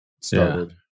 started